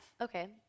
Okay